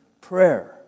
prayer